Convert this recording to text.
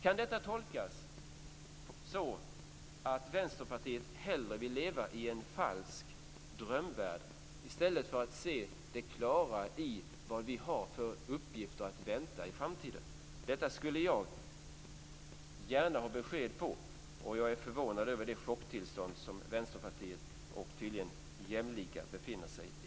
Kan det tolkas så att Vänsterpartiet hellre vill leva i en falsk drömvärld än att se det klara i vad vi har för uppgifter att vänta i framtiden? Jag skulle vilja ha besked på det. Jag är förvånad över det chocktillstånd som Vänsterpartiet och tydligen jämlika befinner sig i.